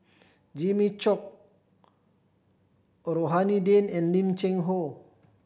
Jimmy Chok Rohani Din and Lim Cheng Hoe